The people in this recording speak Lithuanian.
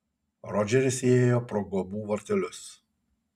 rodžeris įėjo pro guobų vartelius